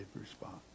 response